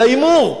להימור.